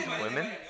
women